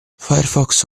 firefox